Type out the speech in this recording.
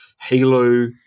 Halo